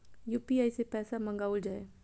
UPI सै पैसा मंगाउल जाय?